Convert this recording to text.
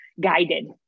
guided